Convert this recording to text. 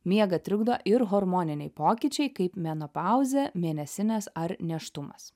miegą trikdo ir hormoniniai pokyčiai kaip menopauzė mėnesinės ar nėštumas